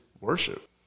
worship